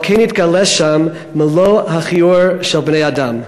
אבל כן התגלה שם מלוא הכיעור של בני-אדם.